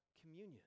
communion